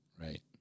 Right